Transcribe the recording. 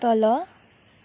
तल